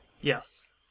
Yes